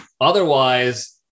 otherwise